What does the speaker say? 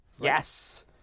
Yes